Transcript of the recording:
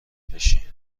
بشی